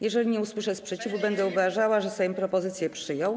Jeżeli nie usłyszę sprzeciwu, będę uważała, że Sejm propozycję przyjął.